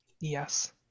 Yes